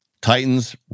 Titans